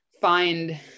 find